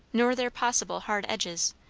nor their possible hard edges,